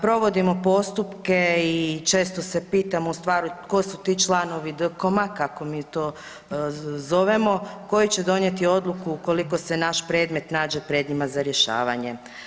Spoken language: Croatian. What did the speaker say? Provodimo postupke i često se pitamo ustvari tko su ti članovi DKOM-a kako mi to zovemo koji će donijeti odluku ukoliko se naš predmet nađe pred njima za rješavanje.